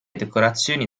decorazioni